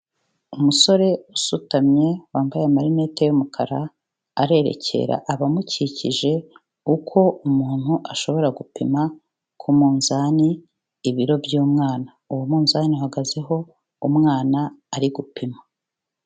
Umusore usutamye wambaye amarinete y'umukara, arerekera abamukikije uko umuntu ashobora gupima ku munzani ibiro by'umwana. Uwo munzani uhagazeho umwana ari gupimwa.